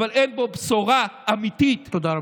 אין בו בשורה אמיתית, תודה רבה.